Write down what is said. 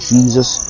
Jesus